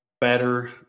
better